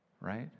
right